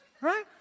right